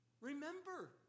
Remember